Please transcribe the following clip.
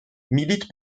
milite